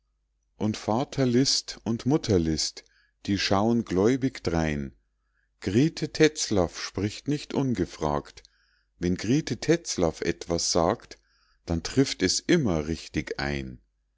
und vater list und mutter list die schauen gläubig drein griete tetzlaff spricht nicht ungefragt wenn griete tetzlaff etwas sagt dann trifft es immer richtig ein